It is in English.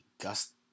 GUST